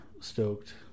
stoked